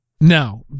Now